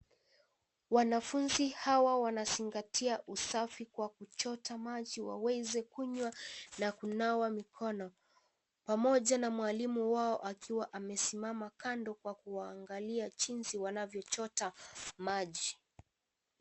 Wanafunzi hawa wanazingatia usafi kwa kuchota maji waweze kunywa na kunawa mikono pamoja na mwalimu wao akiwa amesimama kando kwa kuwaangalia jinsi wanavyochota maji.